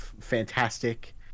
fantastic